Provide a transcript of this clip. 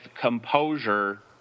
composure